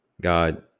god